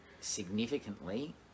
significantly